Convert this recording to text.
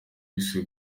yiswe